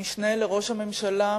המשנה לראש הממשלה,